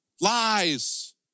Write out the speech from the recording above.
lies